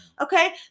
okay